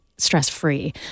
stress-free